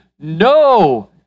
no